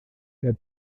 der